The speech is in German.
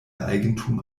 eigentum